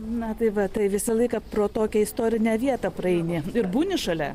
na tai va tai visą laiką pro tokią istorinę vietą praeini ir būni šalia